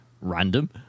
Random